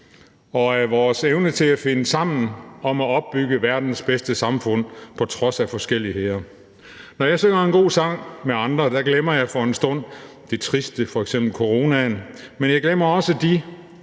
og af vores evne til at finde sammen om at opbygge verdens bedste samfund på trods af forskelligheder. Når jeg synger en god sang med andre, glemmer jeg for en stund det triste som f.eks. coronaen, men jeg glemmer også dem